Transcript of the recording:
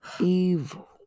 evil